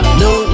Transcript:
no